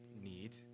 need